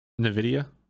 NVIDIA